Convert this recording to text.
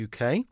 UK